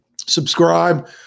subscribe